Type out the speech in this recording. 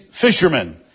fishermen